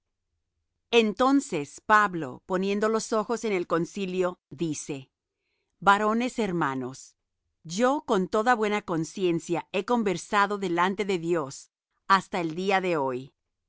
entonces pablo poniendo los ojos en el concilio dice varones hermanos yo con toda buena conciencia he conversado delante de dios hasta el día de hoy